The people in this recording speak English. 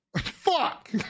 Fuck